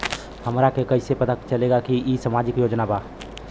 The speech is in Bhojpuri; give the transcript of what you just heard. हमरा के कइसे पता चलेगा की इ सामाजिक योजना बा?